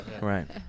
Right